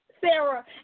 Sarah